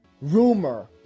Rumor